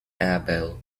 abel